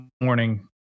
morning